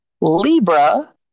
Libra